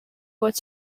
what